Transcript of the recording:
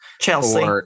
Chelsea